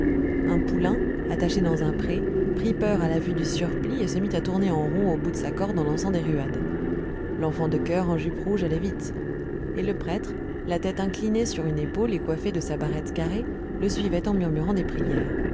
un poulain attaché dans un pré prit peur à la vue du surplis et se mit à tourner en rond au bout de sa corde en lançant des ruades l'enfant de choeur en jupe rouge allait vite et le prêtre la tête inclinée sur une épaule et coiffé de sa barrette carrée le suivait en murmurant des prières